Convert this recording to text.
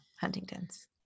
Huntington's